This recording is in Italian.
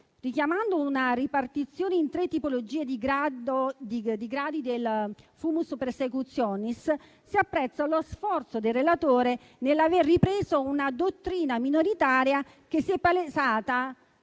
Richiamando una ripartizione in tre tipologie di gradi del *fumus persecutionis*, si apprezza lo sforzo del relatore nell'aver ripreso una dottrina minoritaria che si è palesata